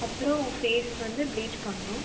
அப்புறம் ஃபேஸ் வந்து ப்ளீச் பண்ணனும்